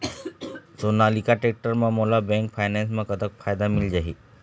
Sonalika tractor म मोला bank finance म कतक फायदा मिल जाही?